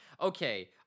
Okay